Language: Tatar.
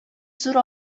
зур